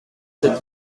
sept